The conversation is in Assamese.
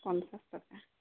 পঞ্চাছ টকা